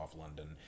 London